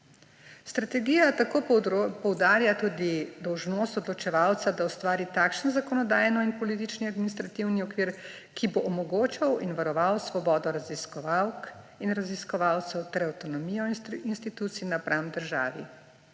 Strategija tako poudarja tudi dolžnost odločevalca, da ustvari takšen zakonodajni in politični administrativni okvir, da bo omogočal in varoval svobodo raziskovalk in raziskovalcev ter avtonomijo institucij napram državi,